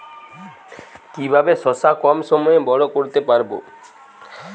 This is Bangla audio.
কিভাবে শশা কম সময়ে বড় করতে পারব?